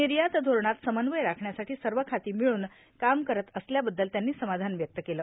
निर्यात धोरणात समन्वय राखण्यासाठी सर्व खाती मिळून काम करत असल्याबद्दल त्यांनी समाधान व्यक्त केलं